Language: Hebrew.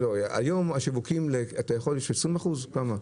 היום השיווקים, אתה יכול, יש 20%, כמה?